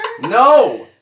No